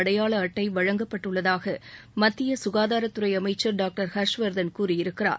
அடையாள அட்டை வழங்கப்பட்டுள்ளதாக மத்திய சுகாதாரத்துறை அமைச்சர் டாக்டர் ஹர்ஷ்வர்தன் கூறியிருக்கிறார்